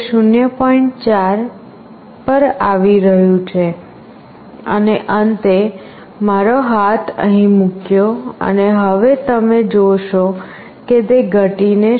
4 પર આવી રહ્યું છે અને અંતે મારો હાથ અહીં મુક્યો અને હવે તમે જોશો કે તે ઘટી ને 0